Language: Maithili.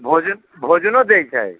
भोजन भोजनो दै छै